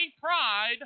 pride